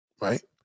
Right